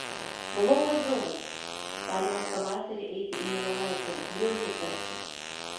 buvau pas draugą tarėmės pavasarį eiti į melioraciją griovių kasti